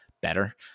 better